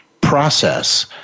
process